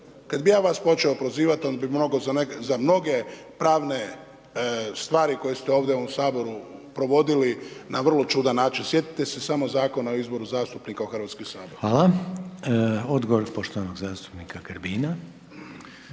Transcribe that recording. kada bi ja vas počeo prozivati…/Govornik se ne razumije/… za mnoge pravne stvari koje ste ovdje u ovom Saboru provodili na vrlo čudan način. Sjetite se samo Zakona o izboru zastupnika u HS. **Reiner, Željko (HDZ)** Hvala. Odgovor poštovanog zastupnika Grbina.